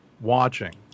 watching